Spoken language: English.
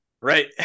Right